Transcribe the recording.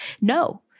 No